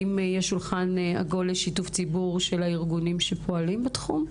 האם יש שולחן עגול לשיתוף ציבור של הארגונים שפועלים בתחום?